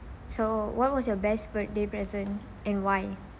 so what was your best birthday present and why